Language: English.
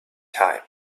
time